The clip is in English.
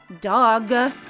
Dog